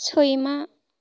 सैमा